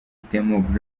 demob